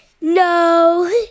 No